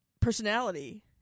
personality